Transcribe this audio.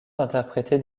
interprétées